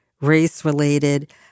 race-related